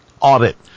Audit